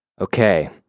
Okay